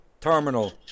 terminal